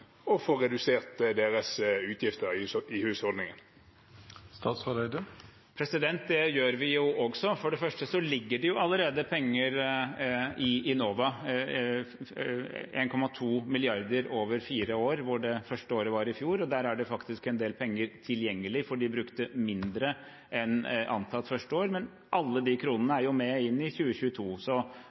og få redusert sine utgifter i husholdningene? Det gjør vi jo også. For det første ligger det allerede penger i Enova, 1,2 mrd. kr over fire år. Det første året var i fjor, og der er det faktisk en del penger tilgjengelig, for de brukte mindre enn antatt første år. Men alle de kronene er med inn i 2022,